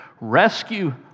Rescue